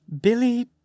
Billy